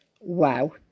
Wow